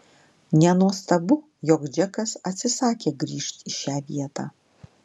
nenuostabu jog džekas atsisakė grįžt į šią vietą